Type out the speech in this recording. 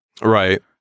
Right